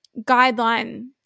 guideline